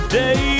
day